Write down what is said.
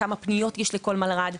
כמה פניות יש לכל מלר"ד,